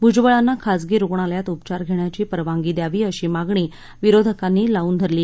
भूजबळांना खाजगी रुणालयात उपचार घेण्याची परवानगी द्यावी अशी मागणी विरोधकांनी लावून धरली